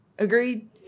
Agreed